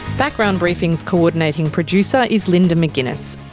background briefing's co-ordinating producer is linda mcguinness,